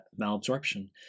malabsorption